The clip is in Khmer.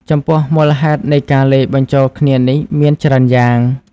ចំពោះមូលហេតុនៃការលាយបញ្ចូលគ្នានេះមានច្រើនយ៉ាង។